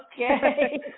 okay